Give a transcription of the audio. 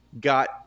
got